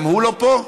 גם הוא לא פה?